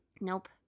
Nope